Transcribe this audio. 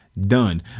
done